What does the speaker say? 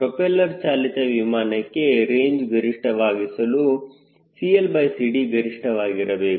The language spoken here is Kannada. ಪ್ರೋಪೆಲ್ಲರ್ ಚಾಲಿತ ವಿಮಾನಕ್ಕೆ ರೇಂಜ್ ಗರಿಷ್ಠವಾಗಿಸಲು CLCD ಗರಿಷ್ಠವಾಗಿ ಇರಬೇಕು